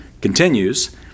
continues